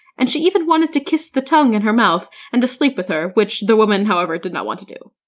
and she even wanted to kiss the tongue in her mouth and to sleep with her, which the woman however, did not want to do.